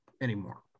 anymore